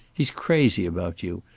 he's crazy about you,